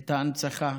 את ההנצחה